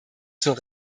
zur